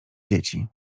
dzieci